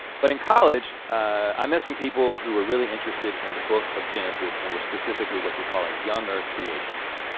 but in college, i met some people who were really interested in the book of genesis and were specifically what you call a young earth creationist.